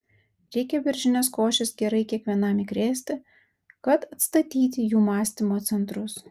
reikia beržinės košės gerai kiekvienam įkrėsti kad atstatyti jų mąstymo centrus